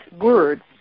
words